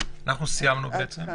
אנחנו סיימנו, תודה